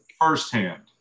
firsthand